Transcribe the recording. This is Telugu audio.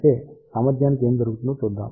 అయితే సామర్థ్యానికి ఏమి జరుగుతుందో చూద్దాం